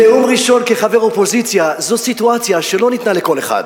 נאום ראשון כחבר האופוזיציה זה סיטואציה שלא ניתנה לכל אחד,